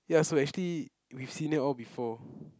ya so actually we've seen it all before